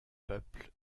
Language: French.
peuple